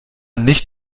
nicht